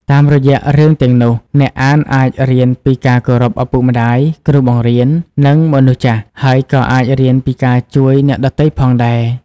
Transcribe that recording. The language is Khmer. តាមរយៈរឿងទាំងនោះ អ្នកអានអាចរៀនពីការគោរពឪពុកម្តាយ គ្រូបង្រៀន និងមនុស្សចាស់ ហើយក៏អាចរៀនពីការជួយអ្នកដទៃផងដែរ។